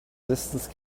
distance